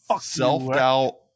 Self-doubt